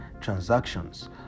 transactions